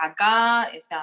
acá